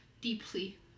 deeply